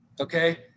okay